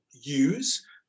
use